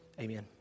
Amen